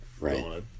right